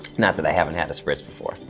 not that i haven't had a spritz before.